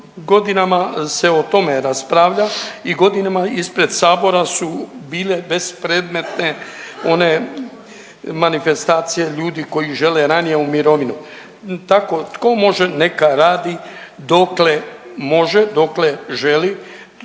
godinama se o tome raspravlja i godinama ispred sabora su bile bespredmetne one manifestacije ljudi koji žele ranije u mirovinu, tako tko može neka radi dokle može, dokle želi,